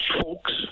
folks